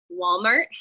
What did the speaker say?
Walmart